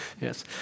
Yes